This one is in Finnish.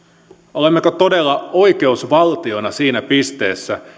olemmeko todella oikeusvaltiona siinä pisteessä että